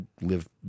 live